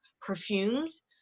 perfumes